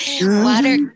Water